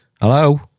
hello